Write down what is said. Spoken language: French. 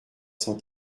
cent